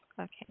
Okay